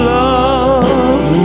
love